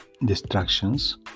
distractions